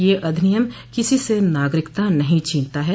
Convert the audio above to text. यह अधिनियम किसी से नागरिकता नहीं छीनता है